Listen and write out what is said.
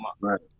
right